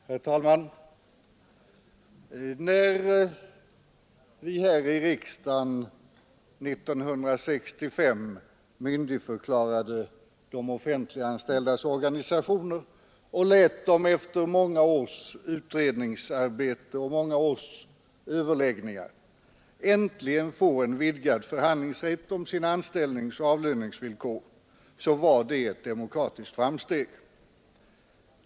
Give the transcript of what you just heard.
Herr talman! När vi här i riksdagen 1965 myndigförklarade de offentliganställdas organisationer och lät dem efter många års utredningsarbete och många års överläggningar äntligen få en vidgad förhandlingsrätt om sina anställningsoch avlöningsvillkor var det ett demokratiskt framsteg.